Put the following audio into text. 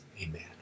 amen